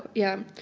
yeah.